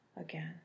again